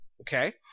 Okay